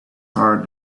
heart